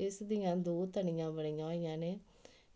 ਇਸ ਦੀਆਂ ਦੋ ਤਣੀਆਂ ਬਣੀਆਂ ਹੋਈਆਂ ਨੇ